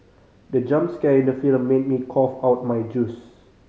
the jump scare in the film made me cough out my juice